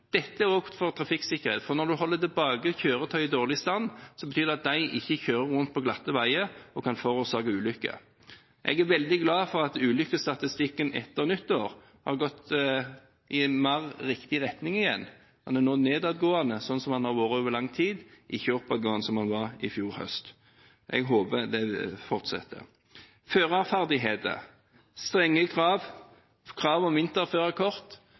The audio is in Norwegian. Dette er også trafikksikkerhet, for når en holder tilbake kjøretøy i dårlig stand, betyr det at de ikke kjører rundt på glatte veier og forårsaker ulykker. Jeg er veldig glad for at ulykkesstatistikken etter nyttår har gått mer i riktig retning igjen – den er nå nedadgående, slik som den har vært over lang tid, ikke oppadgående som den var i fjor høst. Jeg håper det fortsetter. Førerferdigheter, strenge krav, krav om